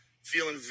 feeling